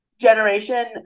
generation